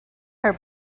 her